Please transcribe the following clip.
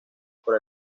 por